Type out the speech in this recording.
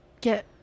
get